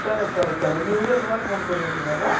चालेल चालेल चालेल मी उद्या तुम्हाला फोन करून येतो साहेब हा